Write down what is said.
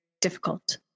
difficult